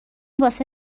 واسه